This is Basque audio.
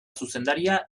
zuzendaria